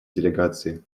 делегации